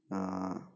ആ